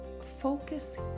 focus